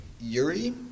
Yuri